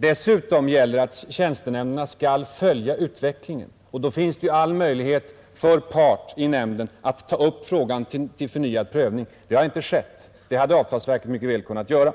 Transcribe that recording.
Dessutom gäller att tjänstenämnderna skall följa utvecklingen, och då finns ju all möjlighet för part i nämnden att ta upp frågan till förnyad prövning. Det har inte skett, men det hade avtalsverket mycket väl kunnat göra.